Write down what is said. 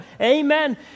Amen